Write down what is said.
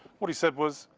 what he said was,